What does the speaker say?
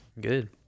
Good